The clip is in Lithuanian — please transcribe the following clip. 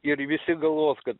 ir visi galvojos kad